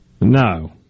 No